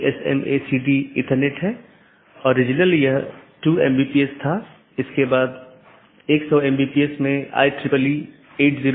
इसलिए हलका करने कि नीति को BGP प्रोटोकॉल में परिभाषित नहीं किया जाता है बल्कि उनका उपयोग BGP डिवाइस को कॉन्फ़िगर करने के लिए किया जाता है